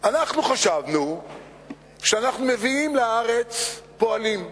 אנחנו חשבנו שאנחנו מביאים לארץ פועלים.